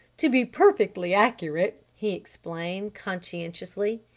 to be perfectly accurate, he explained conscientiously,